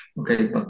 Okay